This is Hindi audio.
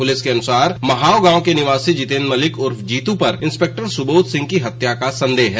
पुलिस के अनुसार महाओ के निवासी जितेन्द्र मलिक उर्फ जीतू पर इंस्पेक्टर सुबोध सिंह की हत्या का संदेह है